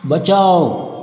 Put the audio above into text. बचाओ